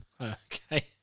Okay